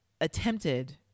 attempted